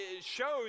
shows